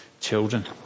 children